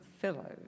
Fellow